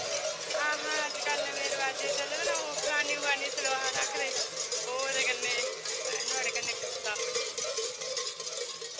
हां हां अज्जकल नमें रवाजें दे चले दे ना ओ अफगानी अफगानी सलवार आखदे ओ ते कन्नै नुआढ़े कन्नै कुर्ता